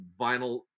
vinyl